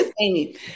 Amy